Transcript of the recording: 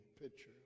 picture